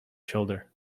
shoulder